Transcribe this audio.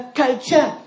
culture